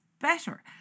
better